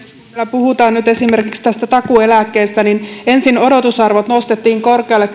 puhutaan nyt esimerkiksi takuueläkkeestä niin ensin odotusarvot nostettiin korkealle